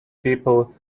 people